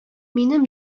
минем